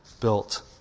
built